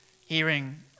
hearing